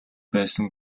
байсан